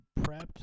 prepped